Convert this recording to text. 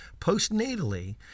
postnatally